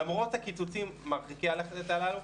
למרות הקיצוצים מרחיקי הלכת הללו,